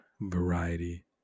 variety